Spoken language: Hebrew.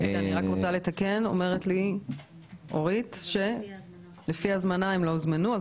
אני רק רוצה לתקן, אורית אומרת שהם לא הוזמנו.